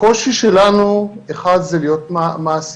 הקושי שלנו, אחד, זה להיות מעסיקים.